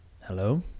Hello